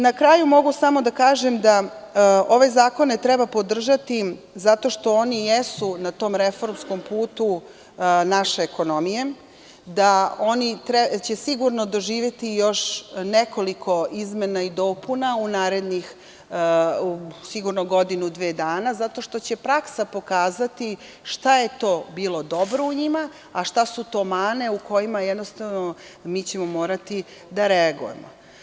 Na kraju, mogu samo da kažem da ove zakone treba podržati zato što oni jesu na tom reformskom putu naše ekonomije, da će oni sigurno doživeti još nekoliko izmena i dopuna u narednih godinu, dve dana, zato što će praksa pokazati šta je to bilo dobro u njima, a šta su to mane u kojima ćemo mi morati da reagujemo.